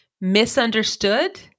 Misunderstood